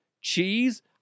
Cheese